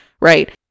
right